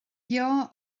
beo